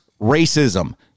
racism